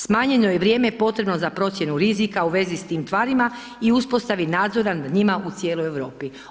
Smanjeno je vrijeme potrebno za procjenu rizika u vezi s tim tvarima i uspostavi nadzora nad njima u cijeloj Europi.